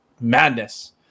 madness